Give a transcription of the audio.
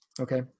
Okay